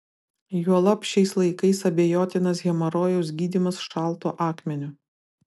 juolab šiais laikais abejotinas hemorojaus gydymas šaltu akmeniu